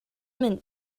mint